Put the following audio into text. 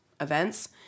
events